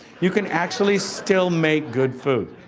you can actually still make good food.